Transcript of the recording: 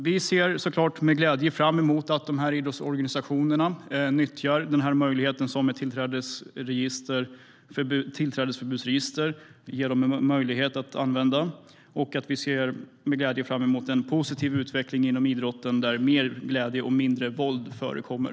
Vi ser såklart med glädje fram emot att idrottsorganisationerna nyttjar den möjlighet ett tillträdesförbudsregister innebär. Vi ser med glädje fram emot en positiv utveckling inom idrotten, där mer glädje och mindre våld förekommer.